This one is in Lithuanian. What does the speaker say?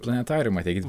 į planetariumą ateikit